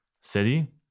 city